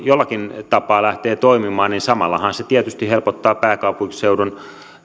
jollakin tapaa lähtee toimimaan niin samallahan se tietysti helpottaa pääkaupunkiseudun